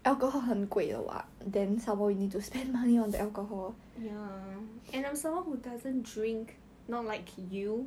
yeah and I'm someone who doesn't drink not like you